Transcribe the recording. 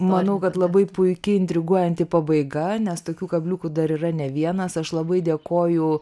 maniau kad labai puiki intriguojanti pabaiga nes tokių kabliukų dar yra ne vienas aš labai dėkoju